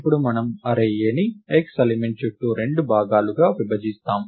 ఇప్పుడు మనం array A ని x ఎలిమెంట్ చుట్టూ 2 భాగాలుగా విభజిస్తాం